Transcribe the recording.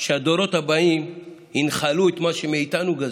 שהדורות הבאים ינחלו את מה שמאיתנו גזלו.